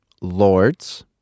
Lords